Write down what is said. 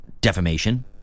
defamation